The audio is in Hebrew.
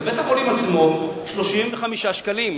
בבית-החולים עצמו, 35 שקלים.